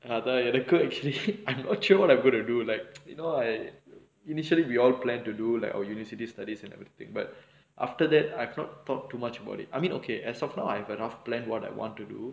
அதான் எனக்கும்:athaan enakkum actually what I'm gonna do like you know I initially we all plan to do like our university studies and everything but after that I cannot talk too much about it I mean okay as long I have enough plan what I want to do